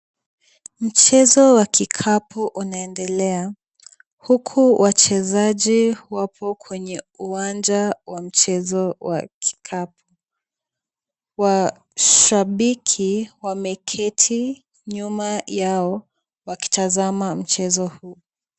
Mchezo wa kikapu unaendelea, huku wachezaji wapo kwenye uwanja wa michezo wa kikapu. Washabiki wameketi nyuma yao, wakitazama mchezo huu.